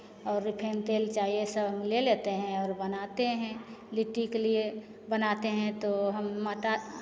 और रिफाइंड तेल चाहिए ये सब हम ले लेते हैं और बनाते हैं लिट्टी के लिये बनाते हैं तो हम मटा